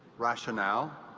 rationale,